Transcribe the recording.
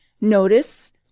Notice